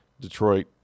Detroit